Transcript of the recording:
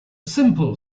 simple